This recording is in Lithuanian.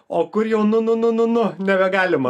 o kur jau nu nu nu nu nu nebegalima